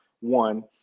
one